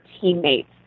teammates